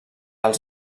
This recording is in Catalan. els